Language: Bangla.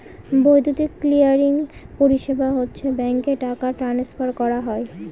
বৈদ্যুতিক ক্লিয়ারিং পরিষেবা হচ্ছে ব্যাঙ্কে টাকা ট্রান্সফার করা